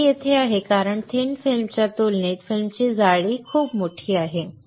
पायरी तेथे आहे कारण थिन फिल्मच्या तुलनेत फिल्मची जाडी खूप मोठी आहे